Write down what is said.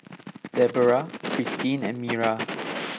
Debera Christene and Miriah